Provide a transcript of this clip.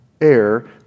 Air